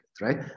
right